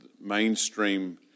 mainstream